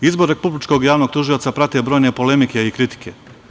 Izbor republičkog Javnog tužioca prate brojne polemike i kritike.